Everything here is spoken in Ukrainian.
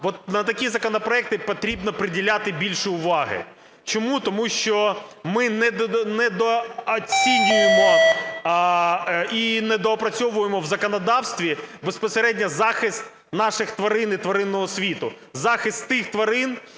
на такі законопроекти потрібно приділяти більше уваги. Чому? Тому що ми недооцінюємо і не доопрацьовуємо в законодавстві безпосередньо захист наших тварин і тваринного світу, захист тих тварин,